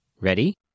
Ready